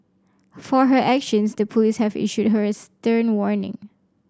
for her actions the police have issued her a stern warning